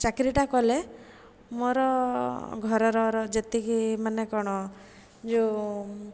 ଚାକିରିଟା କଲେ ମୋର ଘରର ଯେତିକି ମାନେ କ'ଣ ଯେଉଁ